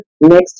next